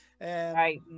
right